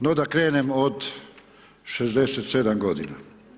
No, da krenem od 67 godina.